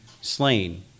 slain